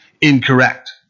incorrect